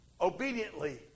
obediently